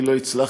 אני לא הצלחתי,